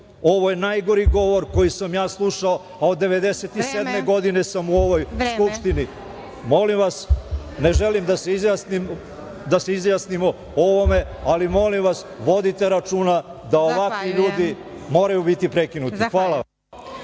Ovo je najgori govor koji sam ja slušao a od 1997. godine sam u ovoj Skupštini. Molim vas, ne želim da se izjasnimo o ovome, vodite računa da ovakvi ljudi moraju biti prekinuti. Hvala.